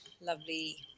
lovely